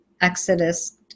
exodus